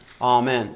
Amen